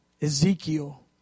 Ezekiel